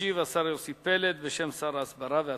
ישיב השר יוסי פלד, בשם שר ההסברה והתפוצות.